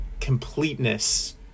completeness